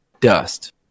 dust